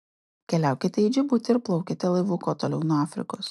keliaukite į džibutį ir plaukite laivu kuo toliau nuo afrikos